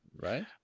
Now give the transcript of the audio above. Right